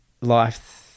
life